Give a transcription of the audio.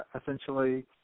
essentially